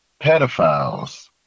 pedophiles